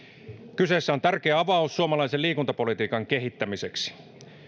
kyseessä on tärkeä avaus suomalaisen liikuntapolitiikan kehittämiseksi